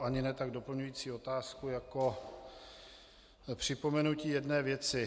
Ani ne tak doplňující otázku jako připomenutí jedné věci.